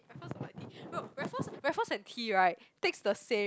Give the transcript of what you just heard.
raffles no raffles raffles and t right takes the same